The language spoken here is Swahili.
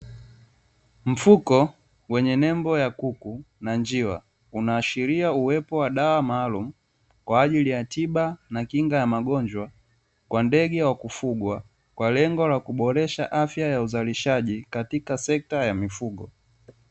Mfuko wenye nembo ya kuku na njiwa, unaashilia uwepo wa dawa maalumu, kwa ajili ya tiba na kinga ya magonjwa kwa ndege wa kufugwa, kwa lengo la kuboresha afya ya uzalishaji katika sekta ya mifugo.